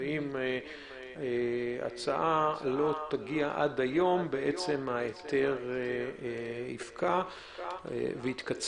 ואם ההצעה לא תגיע עד היום בעצם ההיתר יפקע ויתקצר.